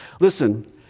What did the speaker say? Listen